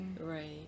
right